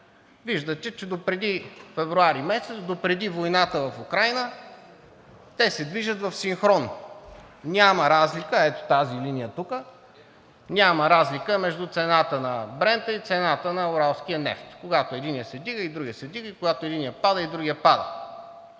Виждате, че допреди месец февруари, допреди войната в Украйна, те се движат в синхрон, няма разлика. Ето тази линия тук – няма разлика между цената на Брента и цената на уралския нефт. Когато единият се вдига, и другият се вдига и когато единият пада, и другият пада.